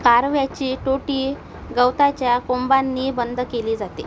कारव्याची तोटी गवताच्या कोंबांनी बंद केली जाते